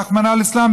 רחמנא ליצלן,